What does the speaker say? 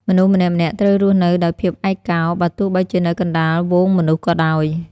មនុស្សម្នាក់ៗត្រូវរស់នៅដោយភាពឯកោ បើទោះបីជានៅកណ្តាលហ្វូងមនុស្សក៏ដោយ។